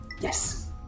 Yes